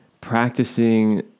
practicing